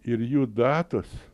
ir jų datos